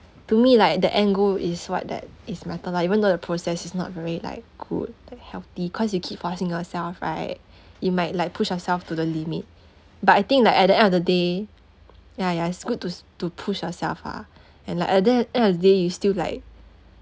to me like the end goal is what that is matter lah even though the process is not very like good and healthy cause you keep forcing yourself right you might like push yourself to the limit but I think that at the end of the day ya ya it's good to s~ to push yourself ah and like and then then you still like